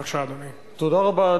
תודה רבה.